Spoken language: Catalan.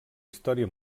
història